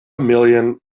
million